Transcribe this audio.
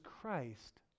Christ